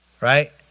right